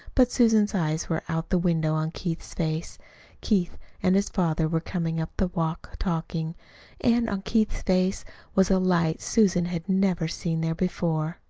but susan's eyes were out the window on keith's face keith and his father were coming up the walk talking and on keith's face was a light susan had never seen there before.